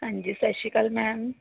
ਹਾਂਜੀ ਸਤਿ ਸ਼੍ਰੀ ਅਕਾਲ ਮੈਮ